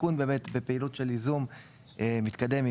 הסיכון בפעילות של ייזום מתקדם היא